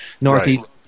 northeast